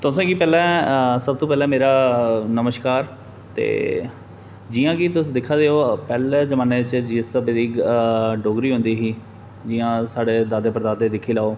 तुसें गी पैह्लें सब तूं पैह्लें मेरा नमस्कार ते जि'यां कि तुस दिक्खा दे हो पैह्ले जमाने च जिस स्हाबे दी डोगरी होंदी ही जि'यां साढ़े दादे परदादे दिक्खी लैओ